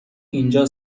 اینجا